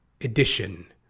edition